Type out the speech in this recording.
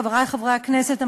חברי חברי הכנסת,